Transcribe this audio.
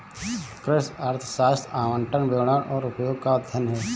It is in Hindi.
कृषि अर्थशास्त्र आवंटन, वितरण और उपयोग का अध्ययन है